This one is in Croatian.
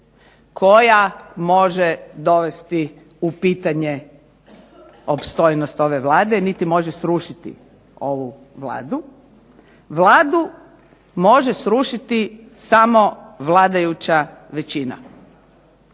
koja može dovesti u pitanje opstojnost ove Vlade, niti može srušiti ovu Vladu. Vladu može srušiti samo vladajuća većina.